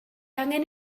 angen